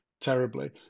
terribly